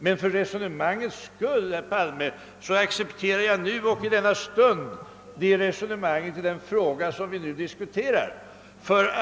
Men för resonemangets skull just nu, herr Palme, accepterar jag detta hans omdöme i den fråga vi diskuterar.